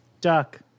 Duck